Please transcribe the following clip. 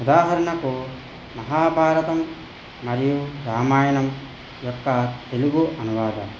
ఉదాహరణకు మహాభారతం మరియు రామాయణం యొక్క తెలుగు అనువాదాలు